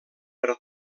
per